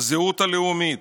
הזהות הלאומית,